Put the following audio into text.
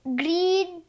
green